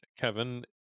Kevin